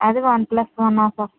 అది one plus one offer